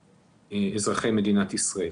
לאזרחי מדינת ישראל.